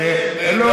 לא,